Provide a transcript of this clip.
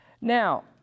Now